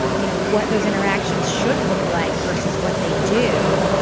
you know what those interactions should look like versus what they do.